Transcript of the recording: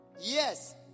yes